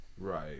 Right